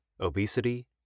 obesity